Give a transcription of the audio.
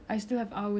forget what she said